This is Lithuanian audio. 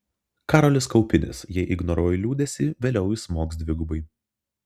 karolis kaupinis jei ignoruoji liūdesį vėliau jis smogs dvigubai